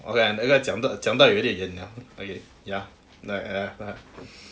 okay lah 那个讲到讲到有点远 lah okay ya like like like